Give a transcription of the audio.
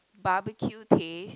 barbecue taste